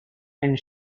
and